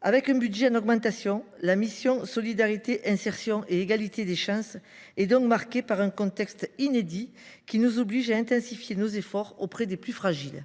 Avec un budget en augmentation, la mission « Solidarité, insertion et égalité des chances » est donc marquée par un contexte inédit qui nous oblige à intensifier nos efforts auprès des plus fragiles.